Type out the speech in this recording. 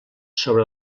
sobre